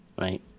Right